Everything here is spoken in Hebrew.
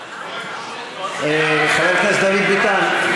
חבר הכנסת דוד ביטן,